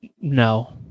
No